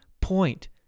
point